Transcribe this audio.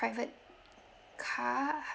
private car